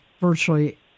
virtually